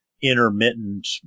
intermittent